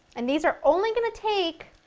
and these are only going to take,